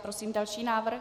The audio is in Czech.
Prosím další návrh.